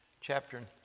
chapter